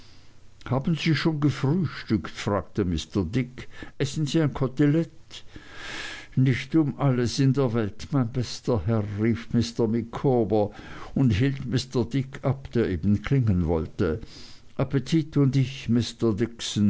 haben sie schon gefrühstückt fragte mr dick essen sie ein kotelett nicht um alles in der welt mein bester herr rief mr micawber und hielt mr dick ab der eben klingeln wollte appetit und ich